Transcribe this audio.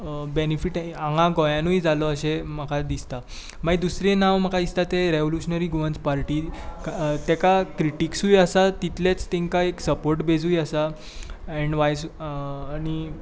benefit हांगां गोंयानूय जालो अशें म्हाका दिसता मागीर दुसरें नांव म्हाका दिसता तें रॅवोल्युशनरी गोवन्स पार्टी तेंकां क्रिटिक्सूय आसा तितलेंच तेंकां एक सपोर्ट बेजूय आसा एण्ड वाय्स आनी